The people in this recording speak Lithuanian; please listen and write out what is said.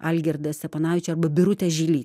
algirdą steponavičių arba birutę žily